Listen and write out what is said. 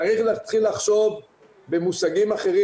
צריך להתחיל לחשוב במושגים אחרים,